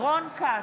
רון כץ,